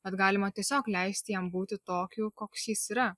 vat galima tiesiog leisti jam būti tokiu koks jis yra